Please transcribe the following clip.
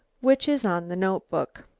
which is on the notebook.